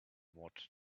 what